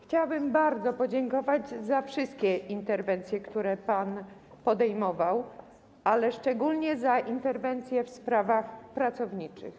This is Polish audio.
Chciałabym bardzo podziękować za wszystkie interwencje, które pan podejmował, ale szczególnie za interwencje w sprawach pracowniczych.